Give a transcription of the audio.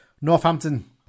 Northampton